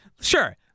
sure